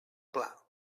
pla